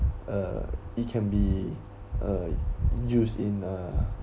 uh it can be a juice in uh